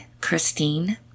Christine